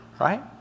right